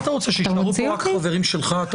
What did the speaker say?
אתה רוצה שיישארו כאן רק חברים שלך?